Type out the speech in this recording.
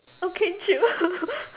okay chill